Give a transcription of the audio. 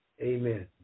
Amen